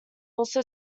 also